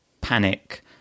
panic